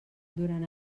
durant